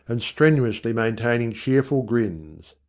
and strenuously maintaining cheerful grins.